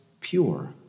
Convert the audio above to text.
pure